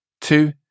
Two